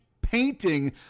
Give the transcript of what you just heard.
painting